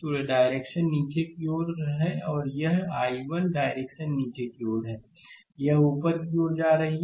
तो डायरेक्शन नीचे की ओर है और यह I1 डायरेक्शन नीचे की ओर है और यह ऊपर की ओर जा रही है